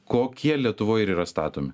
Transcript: kokie lietuvoj ir yra statomi